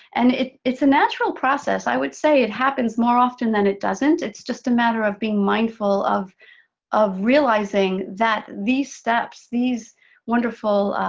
and it's a natural process. i would say it happens more often than it doesn't. it's just a matter of being mindful of of realizing that these steps, these wonderful